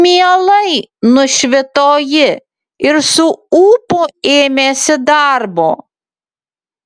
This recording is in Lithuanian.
mielai nušvito ji ir su ūpu ėmėsi darbo